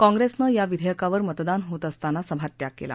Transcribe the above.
काँग्रेसनं या विधेयकावर मतदान होत असताना सभात्याग केला